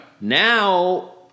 now